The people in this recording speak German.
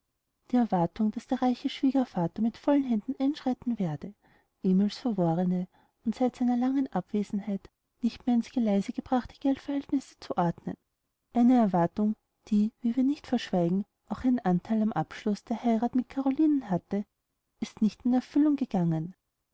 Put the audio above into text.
die erwartung daß der reiche schwiegervater mit vollen händen einschreiten werde emil's verworrene und seit seiner langen abwesenheit nicht mehr in's geleise gebrachte geldverhältnisse zu ordnen eine erwartung die wie wir nicht verschwiegen auch ihren antheil am abschluß der heirath mit carolinen hatte ist noch nicht in erfüllung gegangen